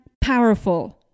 powerful